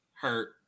Hurt